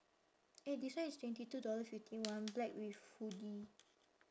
eh this one is twenty two dollars fifty one black with hoodie